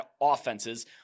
offenses